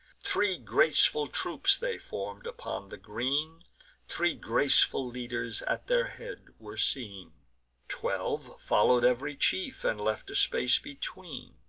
three graceful troops they form'd upon the green three graceful leaders at their head were seen twelve follow'd ev'ry chief, and left a space between.